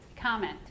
comment